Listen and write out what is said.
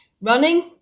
Running